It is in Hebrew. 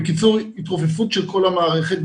בקיצור, התרופפות של כל המערכת.